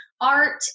art